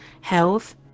health